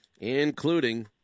including